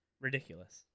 ridiculous